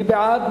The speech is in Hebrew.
מי בעד?